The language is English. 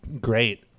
great